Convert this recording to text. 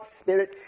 spirit